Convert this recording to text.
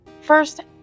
first